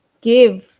give